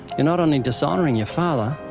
you're not only dishonoring your father,